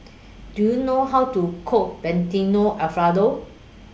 Do YOU know How to Cook Fettuccine Alfredo